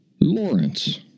Lawrence